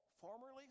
formerly